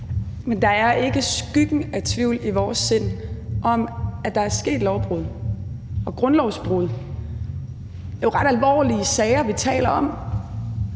Men der er ikke skyggen af tvivl i vores sind om, at der er sket lovbrud og grundlovsbrud. Det er jo ret alvorlige sager, vi taler om.